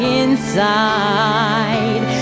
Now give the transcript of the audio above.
inside